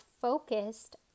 focused